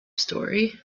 story